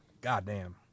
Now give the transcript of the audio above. goddamn